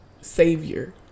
Savior